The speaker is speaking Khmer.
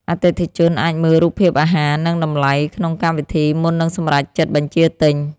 អតិថិជនអាចមើលរូបភាពអាហារ និងតម្លៃក្នុងកម្មវិធីមុននឹងសម្រេចចិត្តបញ្ជាទិញ។